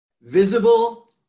visible